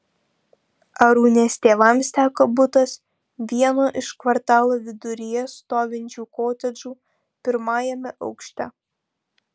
arūnės tėvams teko butas vieno iš kvartalo viduryje stovinčių kotedžų pirmajame aukšte